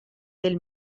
del